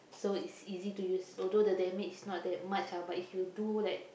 so it's easy to use although the damage not that much ah but if you do like